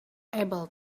able